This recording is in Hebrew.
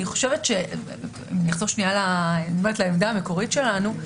אם אני אחזור שנייה לעמדה המקורית שלנו,